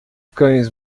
cães